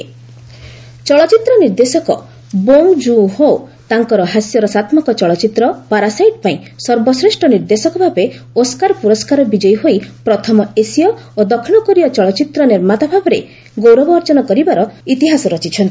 Oscar awards ଚଳଚ୍ଚିତ୍ର ନିର୍ଦ୍ଦେଶକ Bong କୁଁ ହୋ ତାଙ୍କର ହାସ୍ୟରସାତ୍ମକ ଚଳଚ୍ଚିତ୍ର 'ପାରାସାଇଟ୍' ପାଇଁ ସର୍ବଶ୍ରେଷ୍ଠ ନିର୍ଦ୍ଦେଶକ ଭାବେ ଓସ୍କାର ପୁରସ୍କାର ବିଜୟୀ ହୋଇ ପ୍ରଥମ ଏସୀୟ ଓ ଦକ୍ଷିଣ କୋରିୟ ଚଳଚ୍ଚିତ୍ର ନିର୍ମାତା ହେବାର ଗୌରବ ଅର୍ଜନ କରିବା ସହ ଇତିହାସ ରଚିଛନ୍ତି